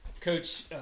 Coach